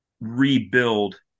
rebuild